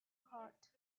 hot